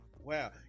Wow